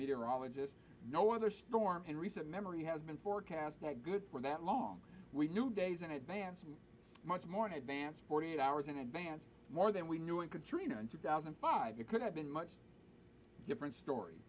meteorologist no other storm and recent memory has been forecast that good for that long we knew days in advance with much more an advance forty eight hours in advance more than we knew in katrina and two thousand and five it could have been much different story